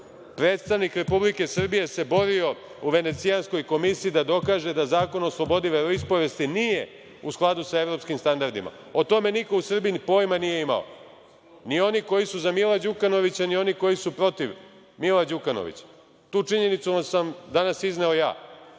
Predstavnik Republike Srbije se borio u Venecijanskoj komisiji da dokaže da Zakon o slobodi veroispovesti nije u skladu sa evropskim standardima. O tome niko u Srbiji pojma nije imao, ni oni koji su za Mila Đukanovića, ni oni koji su protiv Mila Đukanovića. Tu činjenicu sam danas izneo ja,